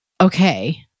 Okay